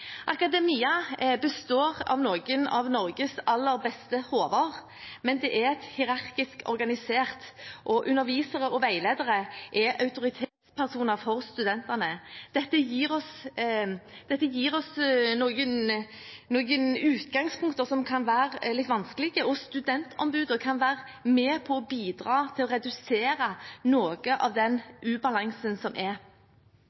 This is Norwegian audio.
Akademia består av noen av Norges aller beste hoder, men er hierarkisk organisert og undervisere og veiledere er autoritetspersoner for studentene. Dette gir oss utgangspunkt som kan være litt vanskelig, og studentombudene kan være med på å bidra til å redusere noe av